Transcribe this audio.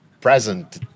present